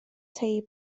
tei